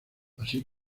así